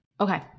Okay